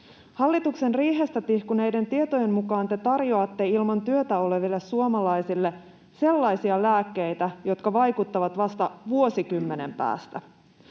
Hallituksen riihestä tihkuneiden tietojen mukaan te tarjoatte ilman työtä oleville suomalaisia sellaisia lääkkeitä, jotka vaikuttavat vasta vuosikymmenen päästä.